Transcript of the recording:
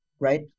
right